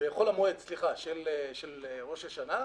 המועד של ראש השנה,